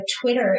Twitter